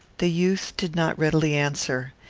the youth did not readily answer.